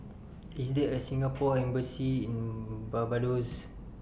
IS There A Singapore Embassy in Barbados